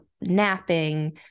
napping